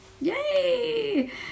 Yay